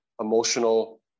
emotional